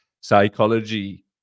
psychology